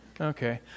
Okay